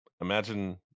imagine